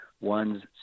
one's